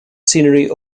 scenery